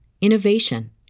innovation